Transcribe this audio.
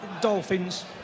Dolphins